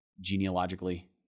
genealogically